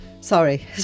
Sorry